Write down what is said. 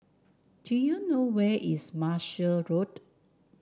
do you know where is Martia Road